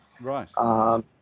Right